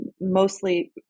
mostly